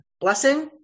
blessing